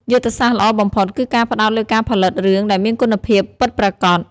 យុទ្ធសាស្ត្រល្អបំផុត គឺការផ្តោតលើការផលិតរឿងដែលមានគុណភាពពិតប្រាកដ។